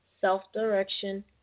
self-direction